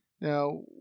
Now